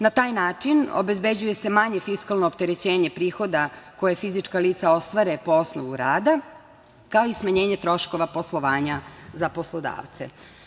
Na taj način obezbeđuje se manje fiskalno opterećenje prihoda koje fizička lica ostvare po osnovu rada, kao i smanjenje troškova poslovanja za poslodavce.